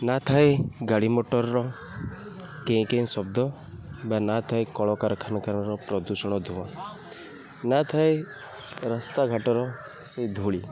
ନା ଥାଏ ଗାଡ଼ି ମଟରର କେଁ କେଁ ଶବ୍ଦ ବା ନା ଥାଏ କଳକାରଖାନାର ପ୍ରଦୂଷଣ ଧୂଆଁ ନା ଥାଏ ରାସ୍ତାଘାଟର ସେ ଧୂଳି